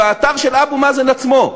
באתר של אבו מאזן עצמו,